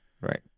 right